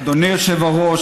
אדוני היושב-ראש,